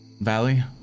Valley